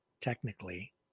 technically